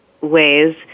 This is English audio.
ways